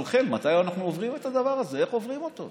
אז זה דבר שמפריע לי בגלל